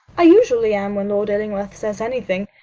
i usually am when lord illingworth says anything.